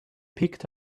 picked